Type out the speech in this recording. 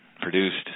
produced